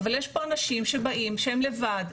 יש אנשים שהם באים והם לבד,